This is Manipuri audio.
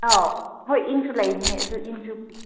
ꯑꯧ ꯍꯣꯏ ꯏꯟꯁꯨ ꯂꯩꯕꯅꯦ ꯑꯗꯨ ꯏꯟꯁꯨ ꯄꯨꯁꯦ